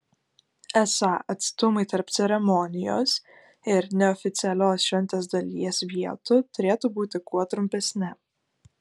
esą atstumai tarp ceremonijos ir neoficialios šventės dalies vietų turėtų būti kuo trumpesni